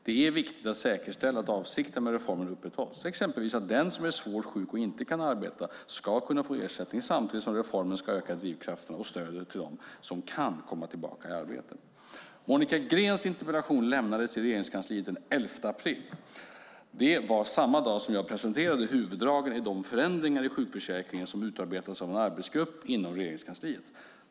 Det är viktigt att säkerställa att avsikterna med reformen upprätthålls, exempelvis att den som är svårt sjuk och inte kan arbeta ska kunna få ersättning samtidigt som reformen ska öka drivkrafterna och stödet till dem som kan komma tillbaka i arbete. Monica Greens interpellation lämnades till Regeringskansliet den 11 april. Det var samma dag som jag presenterade huvuddragen i de förändringar i sjukförsäkringen som utarbetats av en arbetsgrupp inom Regeringskansliet.